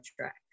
track